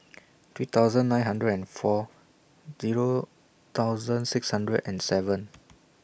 three thousand nine hundred and four Zero thousand six hundred and seven